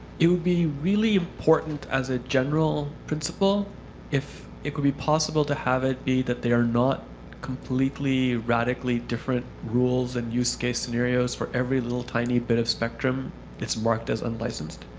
be really important as a general principle if it could be possible to have it be that they are not completely radically different rules and use case scenarios for every little tiny bit of spectrum that's marked as unlicensed.